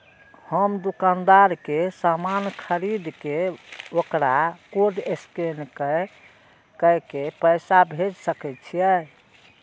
हम दुकानदार के समान खरीद के वकरा कोड स्कैन काय के पैसा भेज सके छिए?